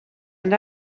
and